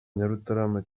nyarutarama